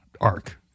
arc